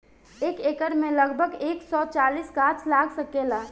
एक एकड़ में लगभग एक सौ चालीस गाछ लाग सकेला